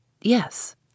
Yes